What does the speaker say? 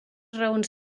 raons